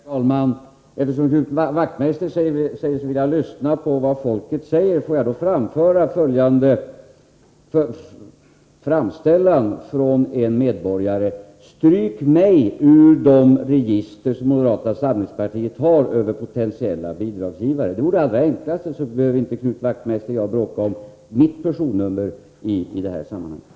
Herr talman! Eftersom Knut Wachtmeister säger sig vilja lyssna på vad folket säger vill jag framföra följande framställan från en medborgare: Stryk mig i de register som moderata samlingspartiet har över potentiella bidragsgivare. Det vore ju det allra enklaste. Då skulle Knut Wachtmeister och jag inte behöva bråka om mitt personnummer i det här sammanhanget.